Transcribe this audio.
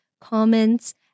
comments